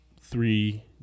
three